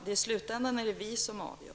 Men i slutänden är det vi som avgör.